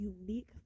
unique